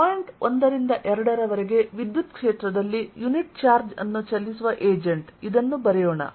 point 1 ರಿಂದ 2 ರವರೆಗೆ ವಿದ್ಯುತ್ ಕ್ಷೇತ್ರದಲ್ಲಿ ಯುನಿಟ್ ಚಾರ್ಜ್ ಅನ್ನು ಚಲಿಸುವ ಏಜೆಂಟ್ ಇದನ್ನು ಬರೆಯೋಣ